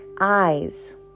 eyes